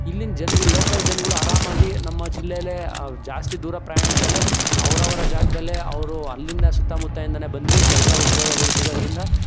ಇಲ್ಲಿನ ಜನಗಳು ಲೋಕಲ್ ಜನಗಳು ಆರಾಮಾಗಿ ನಮ್ಮ ಜಿಲ್ಲೆಲೇ ಜಾಸ್ತಿ ದೂರ ಪ್ರಯಾಣಿಸದಲೇ ಅವರವರ ಜಾಗದಲ್ಲೇ ಅವರು ಅಲ್ಲಿಂದ ಸುತ್ತಮುತ್ತಲಿಂದನೇ ಬಂದು ಕೆಲಸ ಉದ್ಯೋಗಗಳು ಸಿಗೋದ್ರಿಂದ